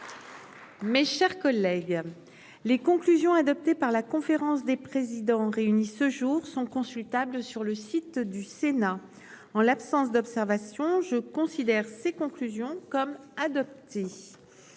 Mes chers collègues. Les conclusions adoptées par la conférence des présidents réunie ce jour sont consultables sur le site du Sénat. En l'absence d'observation. Je considère ces conclusions comme adopté.